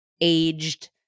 aged